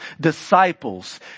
disciples